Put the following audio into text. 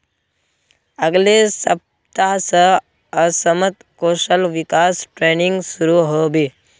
अगले सप्ताह स असमत कौशल विकास ट्रेनिंग शुरू ह बे